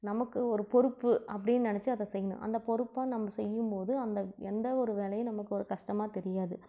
நமக்கு ஒரு பொறுப்பு அப்படின்னு நினச்சி அதை செய்யணும் அந்த பொறுப்பாக நம்ப செய்யும்போது அந்த எந்த ஒரு வேலையும் நமக்கு ஒரு கஷ்டமாக தெரியாது